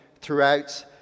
throughout